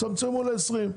תצמצמו ל- 20,